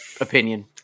opinion